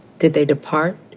did they depart,